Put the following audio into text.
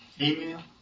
Email